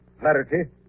clarity